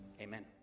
Amen